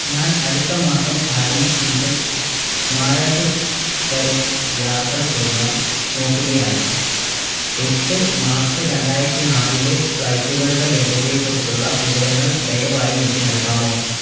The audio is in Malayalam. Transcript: ഞാൻ അടുത്ത മാസം പാരീസ് മുതൽ മാരാകെച്ച് വരെ യാത്ര ചെയ്യാൻ നോക്കുകയാണ് എട്ട് മാർച്ച് രണ്ടായിരത്തിനാലിലെ ഫ്ലൈറ്റുകളുടെ ലഭ്യതയെക്കുറിച്ചുള്ള വിവരങ്ങൾ ദയവായി എനിക്ക് നൽകാമോ